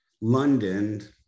London